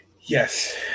Yes